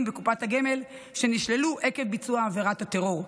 בקופת הגמל שנשללו עקב ביצוע עבירת הטרור.